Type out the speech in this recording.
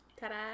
Ta-da